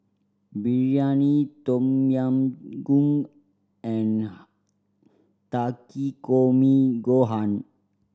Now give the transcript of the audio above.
Biryani Tom Yam Goong and Takikomi Gohan